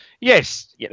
Yes